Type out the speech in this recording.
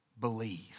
Believe